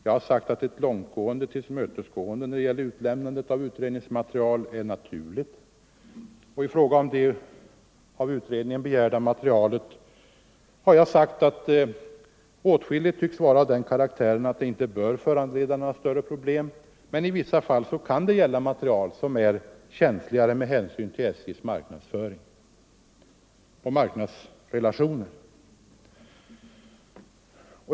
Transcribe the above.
Jag har också sagt att ett långtgående tillmötesgående när det gäller utlämnandet av utredningsmaterial är naturligt, och i fråga om det av utredningen begärda materialet har jag sagt att åtskilligt tycks vara av den karaktären, att det inte bör föranleda några större problem, men att det i vissa fall även kan röra sig om material som är känsligare med hänsyn till SJ:s marknadsföring och marknadsrelationer.